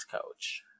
coach